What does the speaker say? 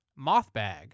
Mothbag